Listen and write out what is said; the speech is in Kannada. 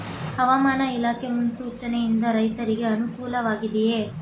ಹವಾಮಾನ ಇಲಾಖೆ ಮುನ್ಸೂಚನೆ ಯಿಂದ ರೈತರಿಗೆ ಅನುಕೂಲ ವಾಗಿದೆಯೇ?